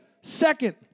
second